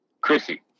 Chrissy